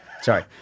Sorry